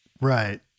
Right